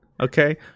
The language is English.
okay